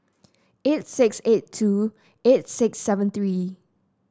eight six eight two eight six seven three